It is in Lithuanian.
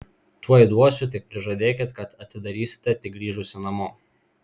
tuoj duosiu tik prižadėkit kad atidarysite tik grįžusi namo